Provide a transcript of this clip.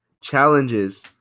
challenges